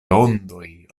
ondoj